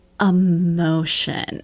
emotion